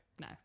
no